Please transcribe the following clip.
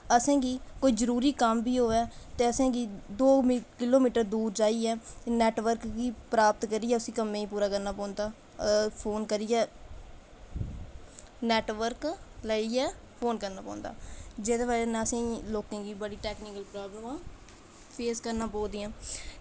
असेंगी कोई जरूरी कम्म बी होऐ ते असेंगी दौ किलोमीटर दूर जाइयै उसी प्राप्त करियै उसी कम्में ई पूरा करना पौंदा फोन करियै नेटवर्क लेइयै फोन करना पौंदा जेह्दी बजह कन्नै असेंगी इन्नी बड्डी टेक्नीकल प्रॉब्लम फेस करना पवा दियां